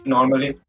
Normally